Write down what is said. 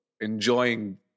enjoying